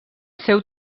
seu